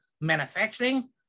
manufacturing